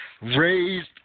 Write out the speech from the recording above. Raised